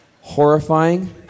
Horrifying